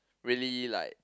really like